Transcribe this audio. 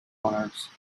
monarchs